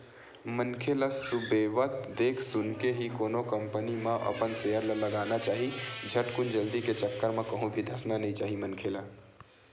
मनखे ल सुबेवत देख सुनके ही कोनो कंपनी म अपन सेयर ल लगाना चाही झटकुन जल्दी के चक्कर म कहूं भी धसना नइ चाही मनखे ल